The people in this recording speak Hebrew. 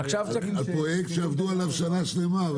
על פרויקט שעבדו שנה שלמה.